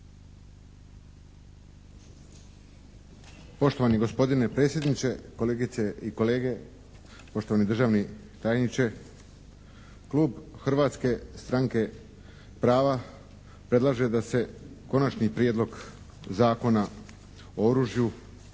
Poštovani gospodine predsjedniče, kolegice i kolege, poštovani državni tajniče. Klub Hrvatske stranke prava predlaže da se Konačni prijedlog Zakona o oružju